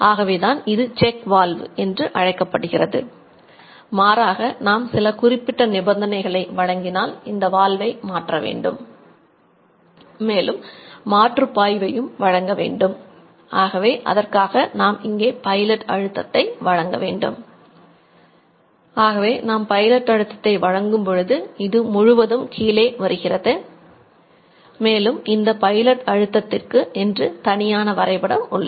ஆகவேதான் இது check valve வழங்க வேண்டும் ஆகவே நாம் பைலட் அழுத்தத்தை என்று தனியான வரைபடம் உள்ளது